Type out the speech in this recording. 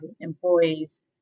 employees